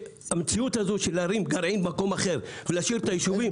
כשהמציאות הזאת של להרים גרעין במקום אחר ולהשאיר את היישובים צביקי,